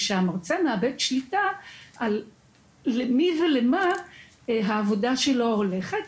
כאשר המרצה מאבד שליטה למי ולמה העבודה שלו הולכת.